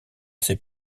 ces